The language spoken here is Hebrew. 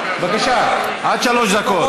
בבקשה, עד שלוש דקות.